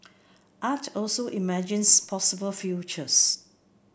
art also imagines possible futures